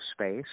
space